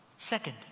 Second